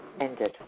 Ended